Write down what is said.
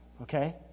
okay